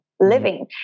living